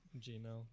gmail